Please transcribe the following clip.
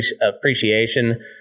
appreciation